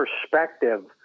perspective